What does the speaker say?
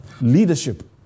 leadership